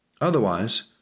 Otherwise